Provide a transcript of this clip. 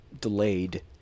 delayed